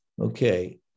Okay